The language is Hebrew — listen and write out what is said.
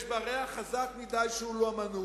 יש בה ריח חזק מדי של לאומנות,